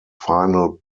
final